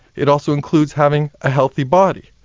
it also includes having a healthy body.